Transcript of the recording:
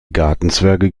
gartenzwerge